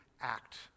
act